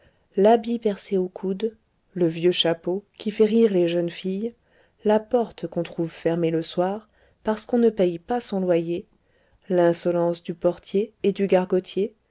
l'habit percé au coude le vieux chapeau qui fait rire les jeunes filles la porte qu'on trouve fermée le soir parce qu'on ne paye pas son loyer l'insolence du portier et du gargotier